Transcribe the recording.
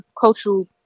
cultural